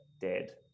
dead